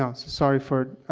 um so sorry for,